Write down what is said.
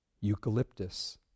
Eucalyptus